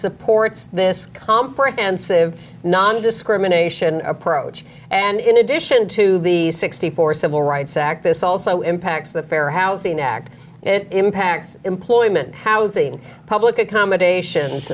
supports this comprehensive nondiscrimination approach and in addition to the sixty four civil rights act this also impacts the fair housing act it impacts employment housing public accommodations